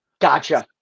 Gotcha